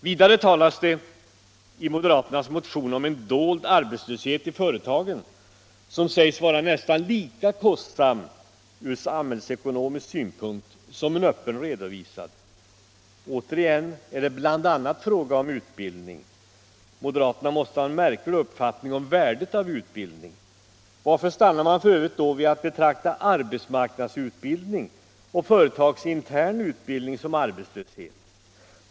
Vidare talas det i moderaternas motion om en dold arbetslöshet i företagen som sägs vara nästan lika kostsam ur samhällsekonomisk synpunkt som en öppet redovisad. Återigen är det bl.a. fråga om utbildning. Moderaterna måste ha en märklig uppfattning om värdet av utbildning. Varför stannar de då vid att betrakta arbetsmarknadsutbildning och företagsintern utbildning som arbetslöshet?